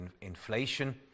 inflation